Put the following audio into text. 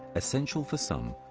essential for some,